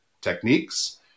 techniques